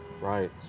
Right